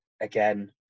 again